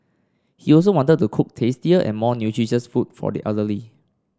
he also wanted to cook tastier and more nutritious food for the elderly